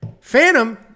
Phantom